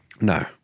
No